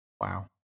Wow